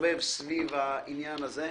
מסתובב סביב העניין הזה,